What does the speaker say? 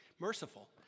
merciful